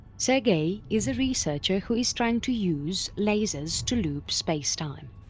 sergei is a researcher who is trying to use lasers to loop spacetime.